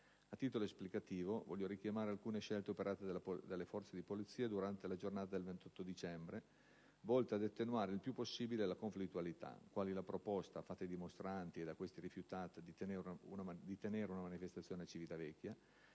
A titolo esemplificativo, voglio richiamare alcune scelte operate dalle forze di polizia durante la giornata del 28 dicembre, volte ad attenuare il più possibile la conflittualità, quali la proposta - fatta ai dimostranti e da questi rifiutata - di tenere una manifestazione a Civitavecchia;